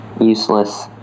useless